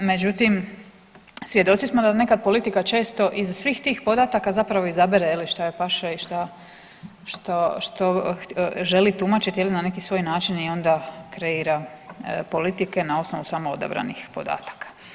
Međutim, svjedoci smo da nekad politika često iz svih tih podataka zapravo izabere je li šta joj i šta, što želi tumačiti je li na neki svoj način i onda kreira politike na osnovu samo odabranih podataka.